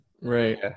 Right